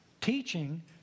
Teaching